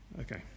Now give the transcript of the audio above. Okay